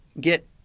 get